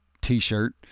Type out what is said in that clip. T-shirt